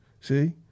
See